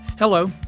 Hello